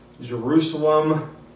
Jerusalem